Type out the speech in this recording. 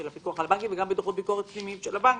הפיקוח על הבנקים ובדוחות הביקורת הפנימיים של הבנק.